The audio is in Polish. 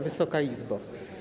Wysoka Izbo!